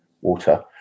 water